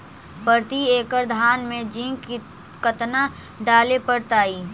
प्रती एकड़ धान मे जिंक कतना डाले पड़ताई?